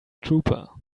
trooper